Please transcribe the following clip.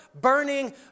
burning